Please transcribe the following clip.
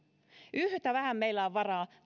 yhtä vähän meillä on varaa